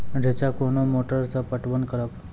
रेचा कोनी मोटर सऽ पटवन करव?